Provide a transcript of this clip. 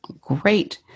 great